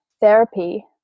therapy